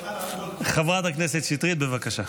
חברת הכנסת שטרית, בבקשה.